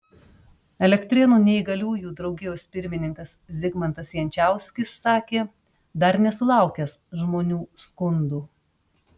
elektrėnų neįgaliųjų draugijos pirmininkas zigmantas jančauskis sakė dar nesulaukęs žmonių skundų